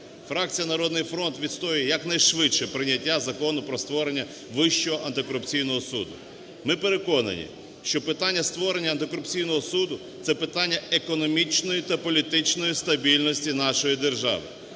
Фракція "Народний фронт" відстоює якнайшвидше прийняття Закону про створення Вищого антикорупційного суду. Ми переконані, що питання створення антикорупційного суду – це питання економічної та політичної стабільності нашої держави.